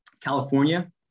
California